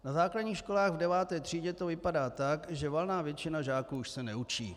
Na základních školách v deváté třídě to vypadá tak, že valná většina žáků už se neučí.